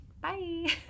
bye